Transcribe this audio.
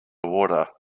water